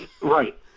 Right